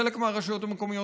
חלק מהרשויות המקומיות,